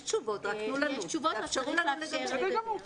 יש תשובות, אבל תנו לנו להשיב.